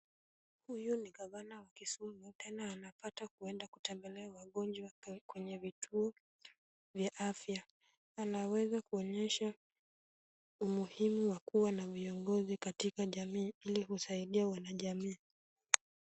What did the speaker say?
Huyu ni gavana wa Kisumu, tena anapata kuenda kutembelea wagonjwa walio kwenye vituo vya afya. Anaweza kuonyesha umuhimu wa kuwa na viongozi katika jamii, ili kusaidia wanajamii.